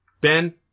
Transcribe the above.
Ben